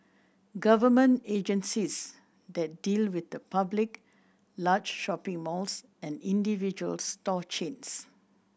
government agencies that deal with the public large shopping malls and individual store chains